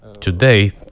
Today